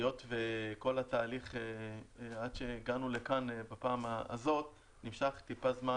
היות וכל התהליך עד שהגענו לכאן בפעם הזאת נמשך זמן,